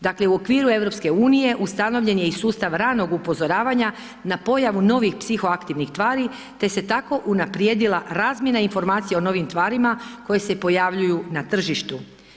Dakle u okviru EU-a ustanovljen je i sustav ranog upozoravanja na pojavu novih psihoaktivnih tvari te se tako unaprijedila razmjena informacija o novim tvarima koje se pojavljuju na tržištu.